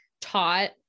taught